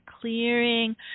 clearing